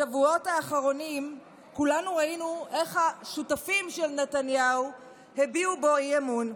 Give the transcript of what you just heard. בשבועות האחרונים כולנו ראינו איך השותפים של נתניהו הביעו בו אי-אמון.